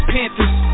Panthers